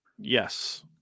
yes